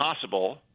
possible